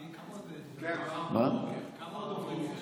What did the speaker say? כמה דוברים עוד יש?